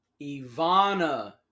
Ivana